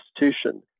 institution